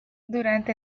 durante